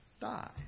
die